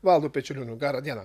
valdu pečeliūniu dieną